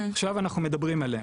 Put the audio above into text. עכשיו אנחנו מדברים עליהם,